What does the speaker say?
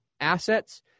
assets